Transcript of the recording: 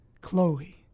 Chloe